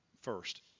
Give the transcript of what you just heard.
first